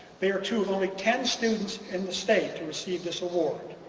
they are two of only ten students in the state to receive this award.